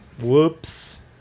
Whoops